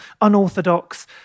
unorthodox